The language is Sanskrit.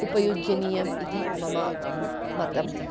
उपयुज्यनीयम् इति मम मतम्